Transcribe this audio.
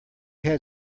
had